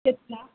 कितना